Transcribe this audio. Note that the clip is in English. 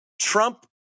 Trump